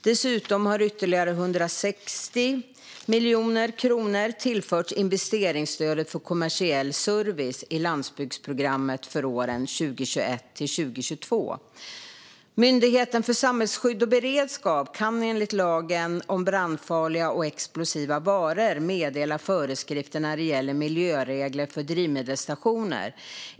Dessutom har ytterligare 160 miljoner kronor tillförts investeringsstödet för kommersiell service i landsbygdsprogrammet för åren 2021-2022. Myndigheten för samhällsskydd och beredskap kan enligt lagen om brandfarliga och explosiva varor meddela föreskrifter när det gäller miljöregler för drivmedelsstationer.